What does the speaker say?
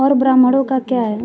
और ब्राह्मणों का क्या है